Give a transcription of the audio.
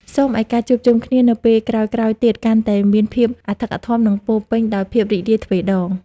សូមឱ្យការជួបជុំគ្នានៅពេលក្រោយៗទៀតកាន់តែមានភាពអធិកអធម និងពោរពេញដោយភាពរីករាយទ្វេដង។